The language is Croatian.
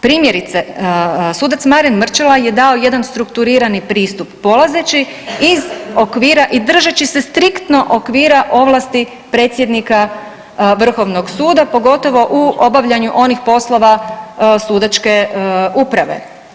Primjerice, sudac Marin Mrčela je dao jedan strukturirani pristup polazeći iz okvira i držeći se striktno okvira ovlasti predsjednika Vrhovnog suda pogotovo u obavljanju onih poslova sudačke uprave.